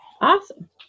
Awesome